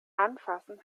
anfassen